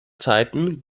zeiten